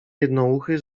jednouchy